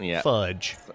Fudge